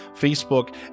Facebook